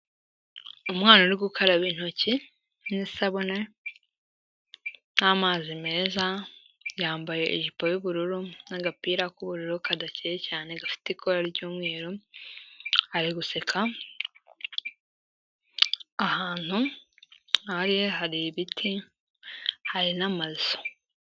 Umwana uri gukaraba intoki n'isabune n'amazi meza, yambaye ijipo y'ubururu n'agapira k'ubururu kadakeye cyane gafite ikora ry'umweru, ari guseka. Ahantu nk'aha hari ibiti, hari n'amazu.